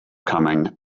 coming